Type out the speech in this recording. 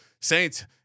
Saints